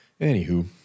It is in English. Anywho